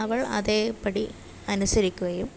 അവൾ അതേപടി അനുസരിക്കുകയും